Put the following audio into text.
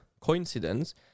coincidence